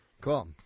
Cool